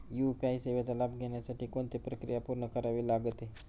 UPI सेवेचा लाभ घेण्यासाठी कोणती प्रक्रिया पूर्ण करावी लागते?